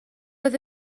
oedd